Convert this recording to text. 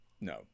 No